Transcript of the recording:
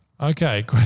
Okay